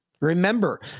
Remember